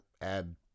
add